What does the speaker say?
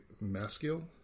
masculine